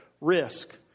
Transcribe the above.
risk